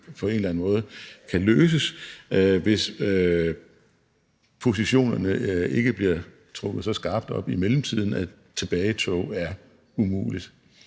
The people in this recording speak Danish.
på en eller anden måde kan løses, hvis positionerne ikke bliver trukket så skarpt op i mellemtiden, at et tilbagetog er umuligt.